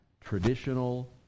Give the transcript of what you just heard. traditional